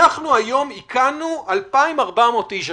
איכנו השבוע 2,400 אנשים,